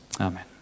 Amen